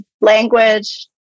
language